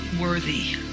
worthy